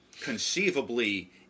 conceivably